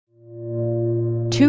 Two